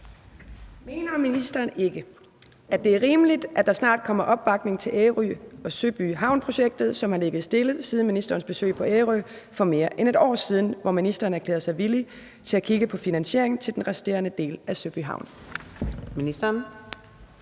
Mener ministeren ikke, at det er rimeligt, at der snart kommer opbakning til Ærø og Søby Havn-projektet, som har ligget stille siden ministerens besøg på Ærø for mere end et år siden, hvor ministeren erklærede sig villig til at kigge på finansiering til den resterende del af Søby Havn? Kl.